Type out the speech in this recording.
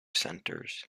centres